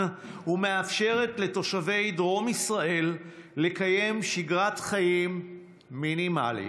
ומאפשרת לתושבי דרום ישראל לקיים שגרת חיים מינימלית.